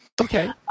Okay